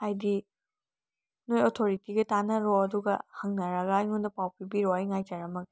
ꯍꯥꯏꯗꯤ ꯅꯣꯏ ꯑꯣꯊꯣꯔꯤꯇꯤꯒ ꯇꯥꯟꯅꯔꯣ ꯑꯗꯨꯒ ꯍꯪꯅꯔꯒ ꯑꯩꯉꯣꯟꯗ ꯄꯥꯎ ꯄꯤꯕꯤꯔꯛꯑꯣ ꯑꯩ ꯉꯥꯏꯖꯔꯝꯃꯒꯦ